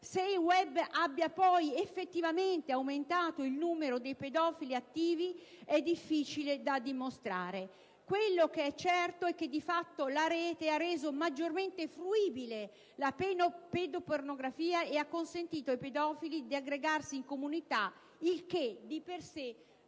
Se il *web* abbia poi effettivamente aumentato il numero dei pedofili «attivi» è difficile da dimostrare. Quello che è certo è che, di fatto, la Rete ha reso maggiormente fruibile la pedopornografia e ha consentito ai pedofili di aggregarsi in comunità, il che di per sé già